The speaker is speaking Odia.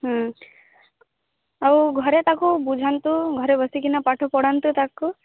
ଆଉ ଘରେ ତାକୁ ବୁଝାନ୍ତୁ ଘରେ ବସିକିନା ପାଠ ପଢ଼ାନ୍ତୁ ତାକୁ